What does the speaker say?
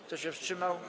Kto się wstrzymał?